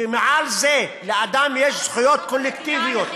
ומעל זה, לאדם יש זכויות קולקטיביות.